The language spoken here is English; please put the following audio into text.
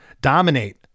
Dominate